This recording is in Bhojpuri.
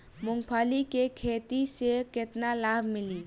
मूँगफली के खेती से केतना लाभ मिली?